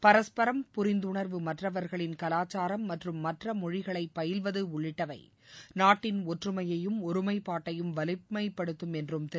பரஸ்பரம் புரிந்துணர்வு மற்றவர்களின் கலாச்சாரம் மற்றும் மற்ற மொழிகளை பயில்வது உள்ளிட்டவை நாட்டின் ஒற்றுமையையும் ஒருமைப்பாட்டையும் வலிமைப்படுத்தும் என்றும் திரு